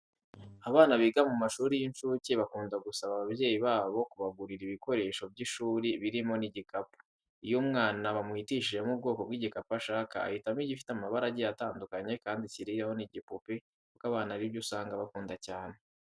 Abana biga mu mashuri y'incuke bakunda gusaba ababyeyi babo kubagurira ibikoresho by'ishuri birimo n'igikapu. Iyo umwana bamuhitishijemo ubwoko bw'igikapu ashaka, ahitamo igifite amabara agiye atandukanye kandi kiriho n'igipupe kuko abana ari byo usanga bakunda cyane.